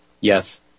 yes